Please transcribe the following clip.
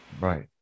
Right